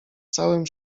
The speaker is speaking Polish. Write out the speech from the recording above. całym